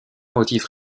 motifs